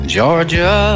Georgia